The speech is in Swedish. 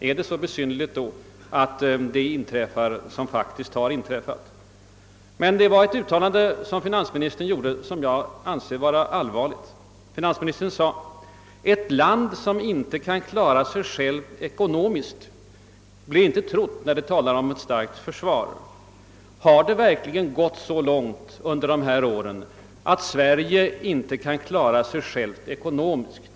Är det därför så besynnerligt att arbetet i försvarsutredningen ledde till det slut vi alla känner, Ett av finansministerns uttalanden anser jag vara särskilt allvarligt, nämligen att ett land, »som inte kan klara sig självt ekonomiskt», inte blir trott när landet talar om behovet av ett starkt försvar. Har det verkligen gått så långt att Sverige inte kan klara sig självt ekonomiskt?